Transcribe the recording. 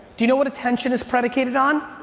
do you know what attention is predicated on?